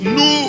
no